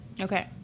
Okay